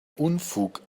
unfug